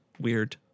weird